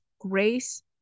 grace